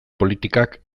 politikak